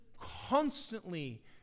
constantly